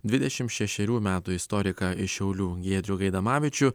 dvidešimt šešerių metų istoriką iš šiaulių giedrių gaidamavičių